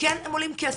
כן הם עולים כסף,